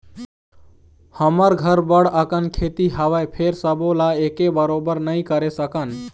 हमर घर बड़ अकन खेती हवय, फेर सबो ल एके बरोबर नइ करे सकन